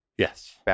Yes